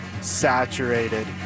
saturated